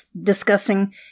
discussing